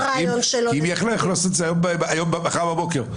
היו יכולים לשים את זה מחר בבוקר,